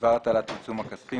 דבר הטלת עיצום כספי.